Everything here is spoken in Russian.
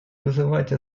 вызывать